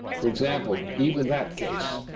for example, even that case,